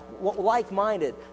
like-minded